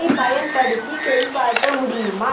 ஐப் பயன்படுத்தி சரிபார்க்க முடியுமா